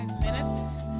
minutes.